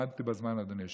עמדתי בזמן, אדוני היושב-ראש.